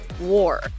war